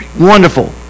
wonderful